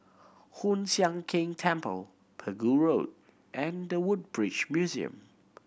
Hoon Sian Keng Temple Pegu Road and The Woodbridge Museum